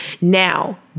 Now